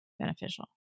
beneficial